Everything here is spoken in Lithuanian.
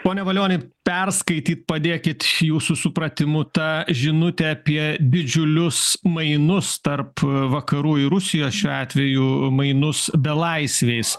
pone valioni perskaityt padėkit šį jūsų supratimu tą žinutę apie didžiulius mainus tarp vakarų ir rusijos šiuo atveju mainus belaisviais